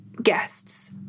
guests